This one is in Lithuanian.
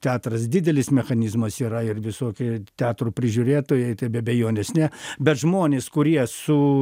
teatras didelis mechanizmas yra ir visokie teatro prižiūrėtojai tai be abejonės ne bet žmonės kurie su